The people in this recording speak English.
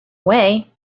way